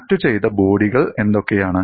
കണക്റ്റുചെയ്ത ബോഡികൾ എന്തൊക്കെയാണ്